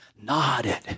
nodded